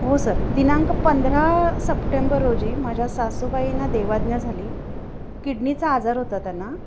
हो सर दिनांक पंधरा सप्टेंबर रोजी माझ्या सासूबाईना देवाज्ञा झाली किडनीचा आजार होता त्यांना